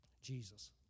Jesus